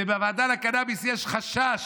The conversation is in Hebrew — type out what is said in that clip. ובוועדה לקנביס יש חשש